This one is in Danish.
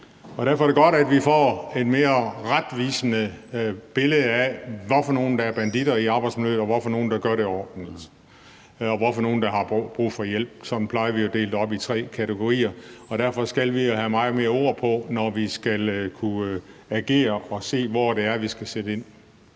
Derfor er det godt, at vi får et mere retvisende billede af, hvad for nogle der er banditter i arbejdsmiljøet, og hvad for nogle der gør det ordentligt, og hvad for nogle der har brug for hjælp. Sådan plejer vi at dele det op i tre kategorier. Derfor skal vi jo have mange flere ord på, når vi skal kunne agere og se, hvor det er, vi skal sætte ind.